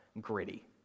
gritty